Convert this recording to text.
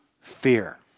fear